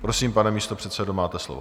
Prosím, pane místopředsedo, máte slovo.